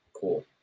cool